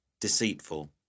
deceitful